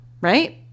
right